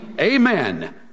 Amen